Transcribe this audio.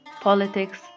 politics